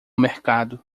mercado